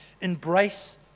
Embrace